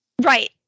Right